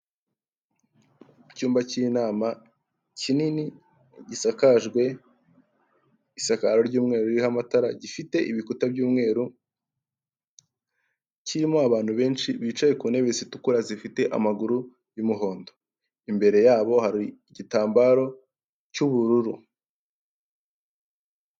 Icyumba cy'inama kinini gisakajwe isakaro ry'umweru ririho amatara, gifite ibikuta by'umweru, kirimo abantu benshi bicaye ku ntebe zitukura zifite amaguru y'umuhondo, imbere yabo hari igitambaro cy'ubururu.